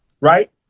right